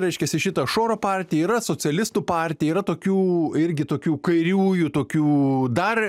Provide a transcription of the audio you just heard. reiškiasi šita šoro partija yra socialistų partija yra tokių irgi tokių kairiųjų tokių dar